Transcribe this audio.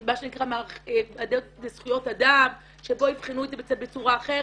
מה שנקרא מערך לזכויות אדם שבו יבחנו את זה בצורה אחרת.